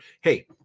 hey